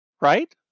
right